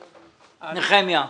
בבקשה, נחמיה.